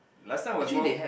last time was more